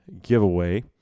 giveaway